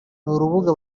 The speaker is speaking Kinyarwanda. n’urubuga